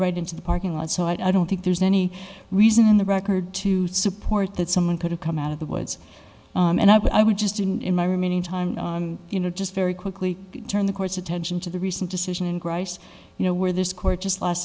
right into the parking lot so i don't think there's any reason in the record to support that someone could have come out of the woods and i would just didn't in my remaining time you know just very quickly turn the court's attention to the recent decision grice you know where this court just last